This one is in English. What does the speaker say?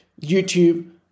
YouTube